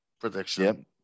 prediction